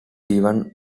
given